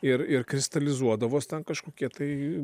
ir ir kristalizuodavos ten kažkokie tai